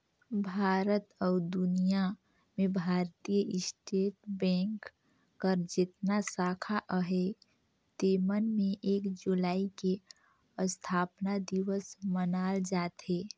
भारत अउ दुनियां में भारतीय स्टेट बेंक कर जेतना साखा अहे तेमन में एक जुलाई के असथापना दिवस मनाल जाथे